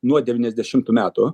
nuo devyniasdešimtų metų